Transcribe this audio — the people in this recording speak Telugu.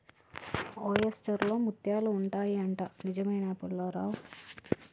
ఓయెస్టర్ లో ముత్యాలు ఉంటాయి అంట, నిజమేనా పుల్లారావ్